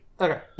Okay